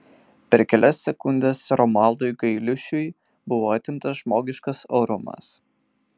per kelias sekundes romualdui gailiušiui buvo atimtas žmogiškas orumas